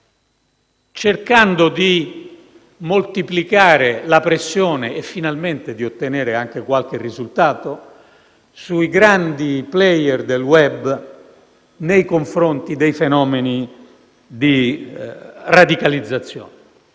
cercando di moltiplicare la pressione (e finalmente di ottenere anche qualche risultato) sui grandi *player* del *web* nei confronti dei fenomeni di radicalizzazione.